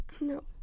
No